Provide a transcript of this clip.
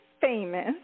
famous